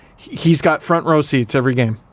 he's got front-row seats every game,